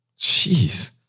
Jeez